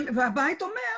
הבית אומר: